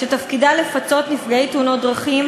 שתפקידה לפצות נפגעי תאונות דרכים